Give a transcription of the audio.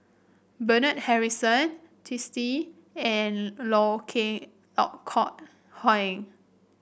Bernard Harrison Twisstii and Loh king Kok Heng